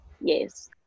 yes